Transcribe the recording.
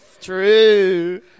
True